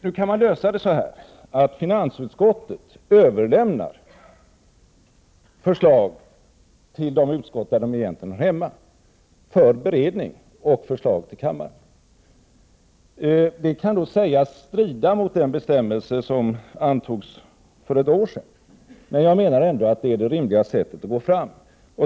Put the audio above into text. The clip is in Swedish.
Nu kan man lösa detta genom att finansutskottet överlämnar förslag till de utskott där de egentligen hör hemma för beredning och förslag till kammaren. Det kan då sägas strida mot den bestämmelse som antogs för ett år sedan. Jag menar ändå att det är den rimliga vägen att gå fram.